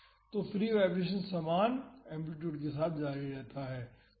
तो free vibration समान amplitude के साथ जारी रहता है